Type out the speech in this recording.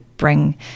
bring